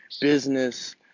business